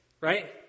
right